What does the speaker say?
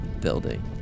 building